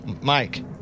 Mike